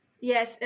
Yes